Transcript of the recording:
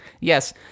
yes